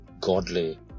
godly